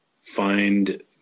find